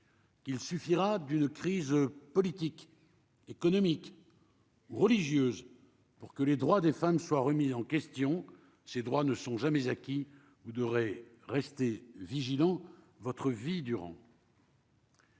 qu'il suffira d'une crise politique, économique, religieuse, pour que les droits des femmes soit remise en question, ces droits ne sont jamais acquis ou de rester vigilant, votre vie durant.